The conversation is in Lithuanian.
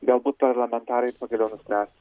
galbūt parlamentarai pagaliau nuspręs